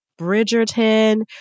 Bridgerton